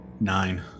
nine